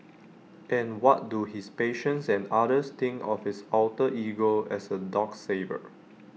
and what do his patients and others think of his alter ego as A dog saver